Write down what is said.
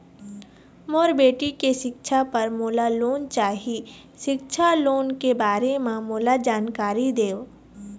मोर बेटी के सिक्छा पर मोला लोन चाही सिक्छा लोन के बारे म मोला जानकारी देव?